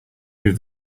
move